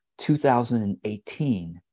2018